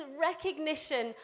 recognition